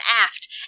aft